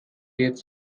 jetzt